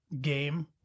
game